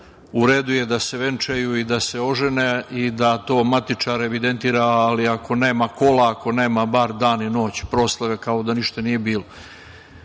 U redu je da se venčaju i da se ožene i da to matičar evidentira, ali ako nema kola, ako nema bar dan i noć proslave kao da ništa nije bilo. Sve